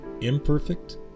imperfect